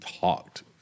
talked